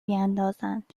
بیندازند